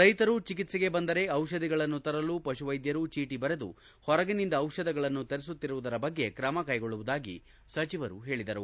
ರೈತರು ಚಿಕಿತ್ಸೆಗೆ ಬಂದರೆ ಚಿಷಧಿಗಳನ್ನು ತರಲು ಪಶುವೈದ್ಯರು ಚೀಟ ಬರೆದು ಹೊರಗಿನಿಂದ ಚಿಷಧಗಳನ್ನು ತರಿಸುತ್ತಿರುವುದರ ಬಗ್ಗೆ ಕ್ರಮ ಕೈಗೊಳ್ಳುವುದಾಗಿ ಸಚಿವರು ಹೇಳಿದರು